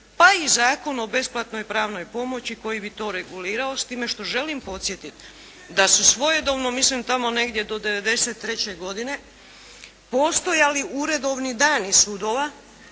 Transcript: pa i Zakon o besplatnoj pravnoj pomoći koji bi to regulirao s time što želim podsjetiti da su svojedobno mislim tamo negdje do 93. godine, postojali uredovni dani sudova